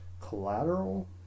collateral